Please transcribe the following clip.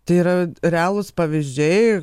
tai yra realūs pavyzdžiai